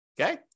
okay